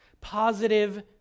Positive